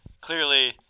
Clearly